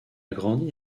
grandi